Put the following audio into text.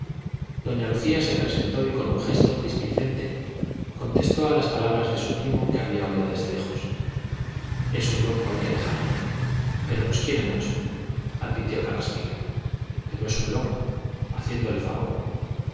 doña lucía se presentó y con un gesto displicente contestó a las palabras de su primo que había oído desde lejos es un loco hay que dejarle pero nos quiere mucho advirtió carraspique pero es un loco haciéndole favor